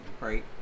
Right